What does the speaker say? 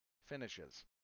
Finishes